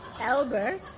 Albert